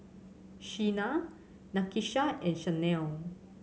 Shena Nakisha and Shanell